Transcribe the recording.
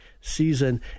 season